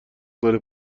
داره